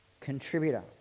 Contributor